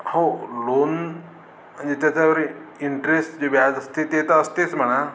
हो लोन म्हणजे त्याच्यावर इंटरेस्ट जे व्याज असते ते तर असतेच म्हणा